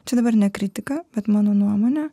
čia dabar ne kritika bet mano nuomone